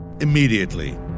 Immediately